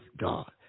God